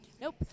Nope